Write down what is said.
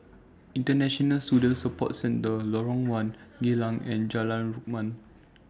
International Student Support Centre Lorong one Geylang and Jalan Rukam